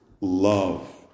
love